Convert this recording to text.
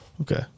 Okay